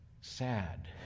sad